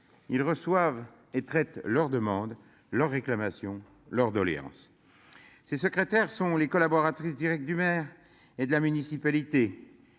Ils reçoivent et traitent leur demande leurs réclamations leurs doléances. Ses secrétaires sont les collaboratrices directe du maire et de la municipalité.